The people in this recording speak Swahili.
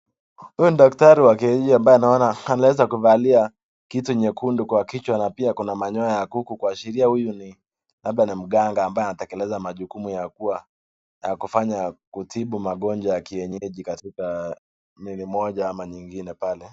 Huyu ni daktari wa kienyeji ambaye naona ameweza kuvalia kitu chekundu kwenye kichwa na pia ana manyoya ya kuku, kuashiria huyu, labda ni mganga ambaye anatekeleza majukumu ya kufanya kutibu magonjwa ya kienyeji katika njia moja ama nyingine pale.